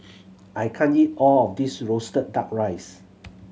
I can't eat all of this roasted Duck Rice